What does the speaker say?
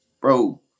bro